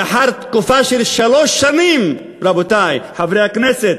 לאחר תקופה של שלוש שנים, רבותי חברי הכנסת,